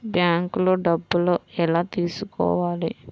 బ్యాంక్లో డబ్బులు ఎలా తీసుకోవాలి?